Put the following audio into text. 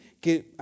que